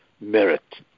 merit